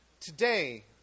Today